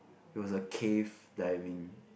it was a cave diving